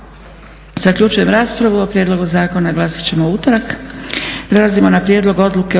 Zaključujem raspravu. O prijedlogu zakona glasat ćemo u utorak.